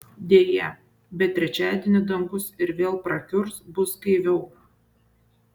deja bet trečiadienį dangus ir vėl prakiurs bus gaiviau